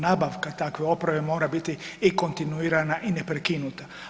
Nabavka takve opreme mora biti i kontinuirana i neprekinuta.